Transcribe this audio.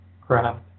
craft